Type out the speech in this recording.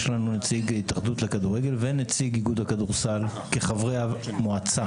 יש לנו נציג התאחדות לכדורגל ונציג איגוד הכדורסל כחברי המועצה,